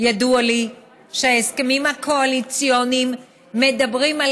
ידוע לי שההסכמים הקואליציוניים מדברים על